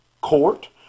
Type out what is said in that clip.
court